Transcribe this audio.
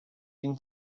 been